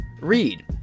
Read